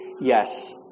yes